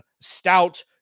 stout